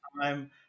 time